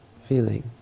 feeling